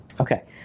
Okay